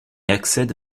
accède